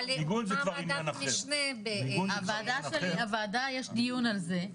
אבל מה וועדת המשנה --- בוועדה שלי יש דיון על זה,